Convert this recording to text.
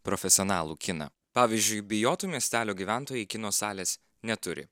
profesionalų kiną pavyzdžiui bijotų miestelio gyventojai kino salės neturi